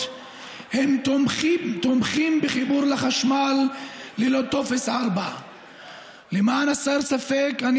הם תומכים בחיבור לחשמל ללא טופס 4. למען הסר ספק: אני